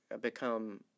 become